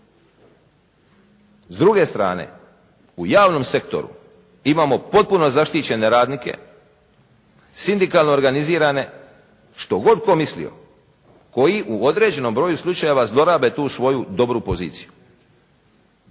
S druge strane u javnom sektoru imamo potpuno zaštićene radnike, sindikalno organizirane što god tko mislio koji u određenom broju slučajeva zlorabe tu svoju dobru poziciju.